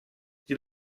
die